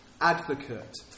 advocate